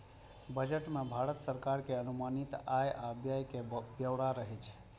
budget मे भारत सरकार के अनुमानित आय आ व्यय के ब्यौरा रहै छै